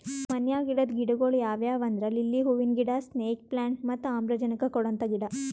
ಮನ್ಯಾಗ್ ಇಡದ್ ಗಿಡಗೊಳ್ ಯಾವ್ಯಾವ್ ಅಂದ್ರ ಲಿಲ್ಲಿ ಹೂವಿನ ಗಿಡ, ಸ್ನೇಕ್ ಪ್ಲಾಂಟ್ ಮತ್ತ್ ಆಮ್ಲಜನಕ್ ಕೊಡಂತ ಗಿಡ